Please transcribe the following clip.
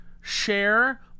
share